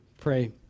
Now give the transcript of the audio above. pray